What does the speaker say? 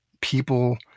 people